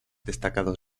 destacados